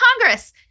Congress